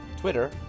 Twitter